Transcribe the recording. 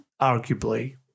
arguably